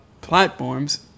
platforms